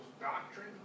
doctrine